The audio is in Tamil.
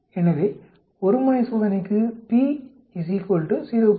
எனவே 1 முனை சோதனைக்கு p 0